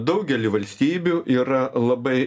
daugely valstybių yra labai